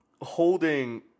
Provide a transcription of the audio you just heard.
holding